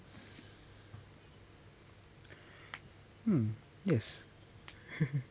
hmm yes